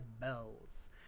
bells